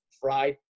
fried